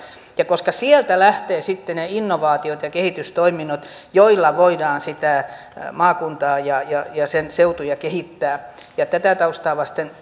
koska sieltä lähtevät ne innovaatiot ja kehitystoiminnot joilla voidaan sitä maakuntaa ja sen seutuja kehittää tätä taustaa vasten toivon että